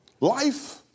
Life